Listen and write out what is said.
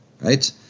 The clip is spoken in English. Right